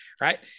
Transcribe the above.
right